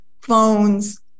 phones